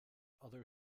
other